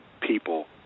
people